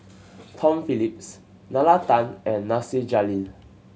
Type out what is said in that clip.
Tom Phillips Nalla Tan and Nasir Jalil